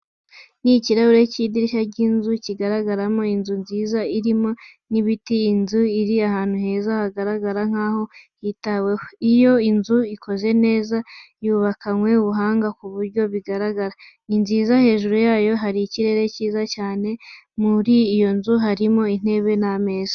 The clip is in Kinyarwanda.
Ni ikirahure cy'idirishya ry'inzu, kigaragaramo inzu nziza irimo n'ibiti, inzu iri ahantu heza hagaragara nkaho hitahweho, iyo nzu ikoze neza yubakanywe ubuhanga ku buryo bigaragara. Ni nziza, hejuru yayo hari ikirere cyiza cyane, muri iyo nzu harimo intebe n'ameza.